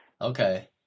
okay